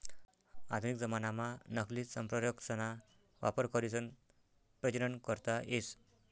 आधुनिक जमानाम्हा नकली संप्रेरकसना वापर करीसन प्रजनन करता येस